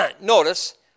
notice